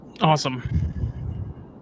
Awesome